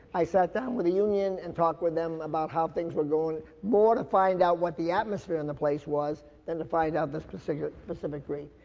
i sat down with the union and talked with them about how things were going. more to find out what the atmosphere in the place was than to find out the specific, specific grief.